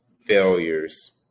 failures